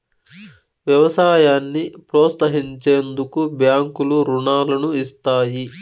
వ్యవసాయాన్ని ప్రోత్సహించేందుకు బ్యాంకులు రుణాలను ఇస్తాయి